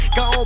go